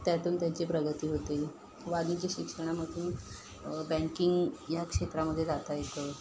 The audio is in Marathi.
त्यातून त्यांची प्रगती होते बाकीची शिक्षणामधून बँकिंग या क्षेत्रामध्ये जाता येतं